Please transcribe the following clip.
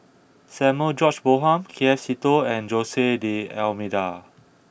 Samuel George Bonham K F Seetoh and Jose D'almeida